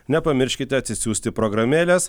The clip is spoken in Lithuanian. nepamirškite atsisiųsti programėlės